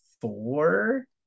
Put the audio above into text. four